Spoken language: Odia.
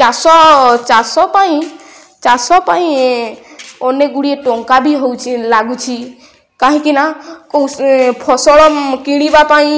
ଚାଷ ଚାଷ ପାଇଁ ଚାଷ ପାଇଁ ଅନେକଗୁଡ଼ିଏ ଟଙ୍କା ବି ହେଉଛି ଲାଗୁଛି କାହିଁକି ନା କେଉଁ ଫସଲ କିଣିବା ପାଇଁ